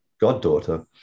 goddaughter